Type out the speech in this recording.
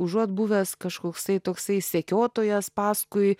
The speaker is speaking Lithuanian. užuot buvęs kažkoksai toksai sekiotojas paskui